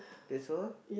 that's all